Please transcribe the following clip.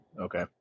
Okay